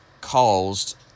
caused